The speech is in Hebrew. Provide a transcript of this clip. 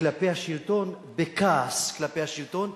כלפי השלטון בכעס כלפי השלטון.